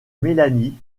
mélanie